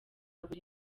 buri